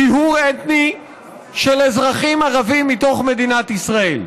טיהור אתני של אזרחים ערבים ממדינת ישראל.